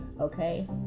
okay